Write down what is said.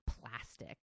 plastic